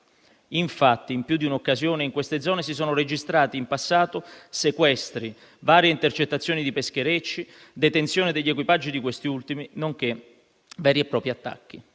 Infatti, in più di un'occasione in queste zone si sono registrati in passato sequestri, varie intercettazioni di pescherecci, detenzione degli equipaggi di questi ultimi nonché veri e propri attacchi.